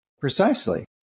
Precisely